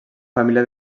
família